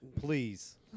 Please